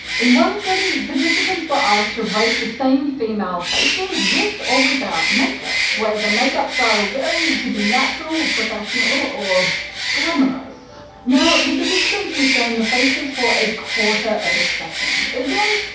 in one study, participants were asked to rate the same female faces with or without makeup, where the makeup style varied to be natural, professional or glamourous. now, the participants were shown the faces for a quarter of a second, as in,